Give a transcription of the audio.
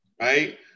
Right